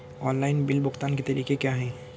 Online bill भुगतान के तरीके क्या हैं?